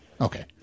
okay